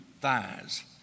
thighs